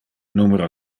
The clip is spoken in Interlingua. numero